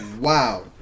Wow